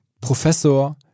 Professor